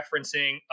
referencing